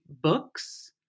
books